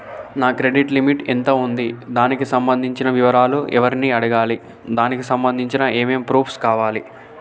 నా credit limit ఎంత ఉంది? దానికి సంబంధించిన వివరాలు ఎవరిని అడగాలి? దానికి సంబంధించిన ఏమేం ప్రూఫ్స్ కావాలి?